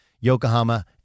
Yokohama